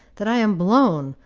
that i am blown,